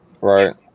Right